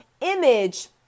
image